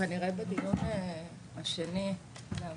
כנראה, בדיון השני, להבנתי.